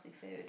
food